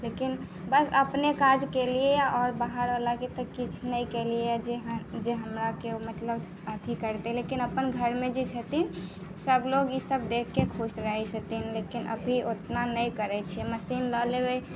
लेकिन बस अपने काज केलियै आओर बाहर बलाके तऽ किछु नहि केलियै जे हम हमरा केओ मतलब अथि करते लेकिन अपन घरमे जे छथिन सभ लोक ईसभ देखके खुश रहै छथिन लेकिन अभी उतना नहि करै छियै मशीन लऽ लेबै